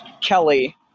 Kelly